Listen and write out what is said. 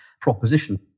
proposition